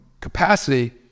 capacity